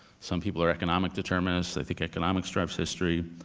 some people are economic determinists. they think economics drives history.